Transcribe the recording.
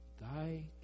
thy